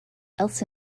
elsa